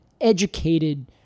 educated